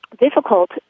difficult